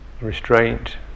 restraint